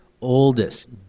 oldest